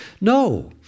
No